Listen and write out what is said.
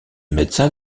médecin